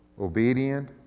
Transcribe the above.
obedient